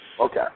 Okay